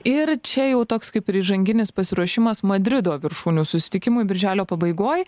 ir čia jau toks kaip ir įžanginis pasiruošimas madrido viršūnių susitikimui birželio pabaigoj